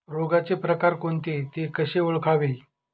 रोगाचे प्रकार कोणते? ते कसे ओळखावे?